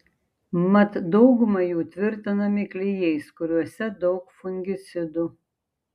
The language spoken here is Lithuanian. mat dauguma jų tvirtinami klijais kuriuose daug fungicidų